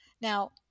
Now